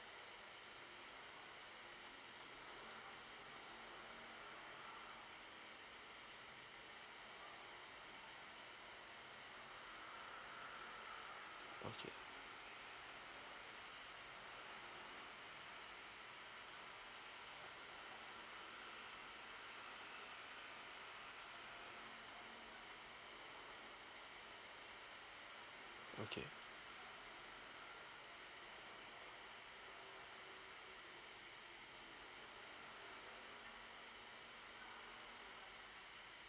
okay okay